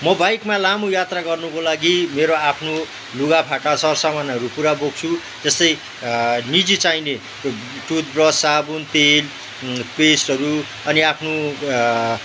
म बाइकमा लामो यात्रा गर्नको लागि मेरो आफ्नो लुगाफाटा सर सामानहरू पुरा बोक्छु जस्तै निजी चाहिने त्यो टुथब्रस साबुन तेल पेस्टहरू अनि आफ्नो